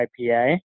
IPA